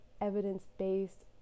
evidence-based